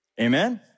Amen